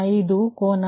05 ಕೋನ 𝛿10